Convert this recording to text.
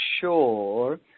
sure